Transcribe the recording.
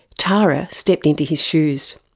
tara stepped into his shoes.